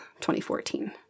2014